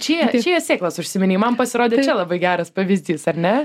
čija čija sėklos užsiminei man pasirodė labai geras pavyzdys ar ne